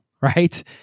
right